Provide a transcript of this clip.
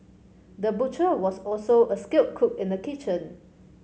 the butcher was also a skilled cook in the kitchen